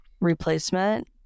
replacement